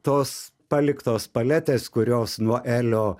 tos paliktos paletės kurios nuo elio